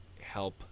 help